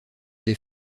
des